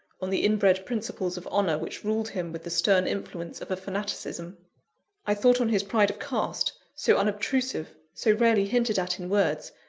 on the inbred principles of honour which ruled him with the stern influence of a fanaticism i thought on his pride of caste, so unobtrusive, so rarely hinted at in words,